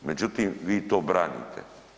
Međutim, vi to branite.